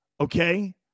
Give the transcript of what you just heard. okay